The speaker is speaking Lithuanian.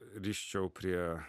riščiau prie